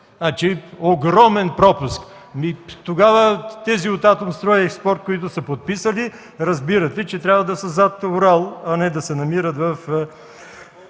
огромен пропуск. Тогава тези от „Атомстройекспорт”, които са подписали, разбира се, че трябва да са зад Урал, а не да се намират в